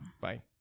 Bye